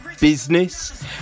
business